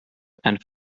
and